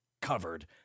covered